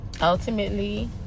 ultimately